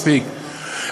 מספיק.